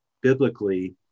biblically